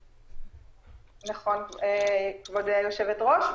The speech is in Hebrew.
נכון, כבוד היושבת-ראש.